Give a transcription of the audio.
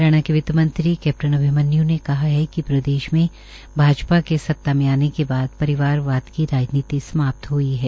हरियाणा के वित्तमंत्री कैप्टन अभिमन्यू ने कहा है कि प्रदेश में भाजपा के सत्ता में आने के बाद परिवारवाद की राजनीति समाप्त ह्ई है